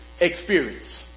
experience